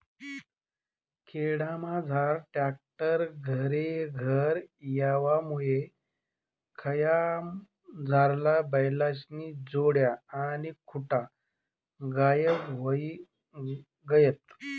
खेडामझार ट्रॅक्टर घरेघर येवामुये खयामझारला बैलेस्न्या जोड्या आणि खुटा गायब व्हयी गयात